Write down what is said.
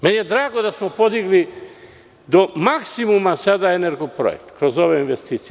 Meni je drago da smo podigli do maksimuma sada „Energoprojekt“ kroz ove investicije.